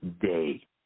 day